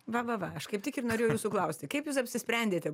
va va va aš kaip tik ir norėjau jūsų klausti kaip jūs apsisprendėte